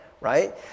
right